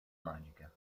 magica